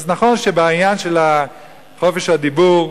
אז נכון שבעניין של חופש הדיבור,